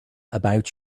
about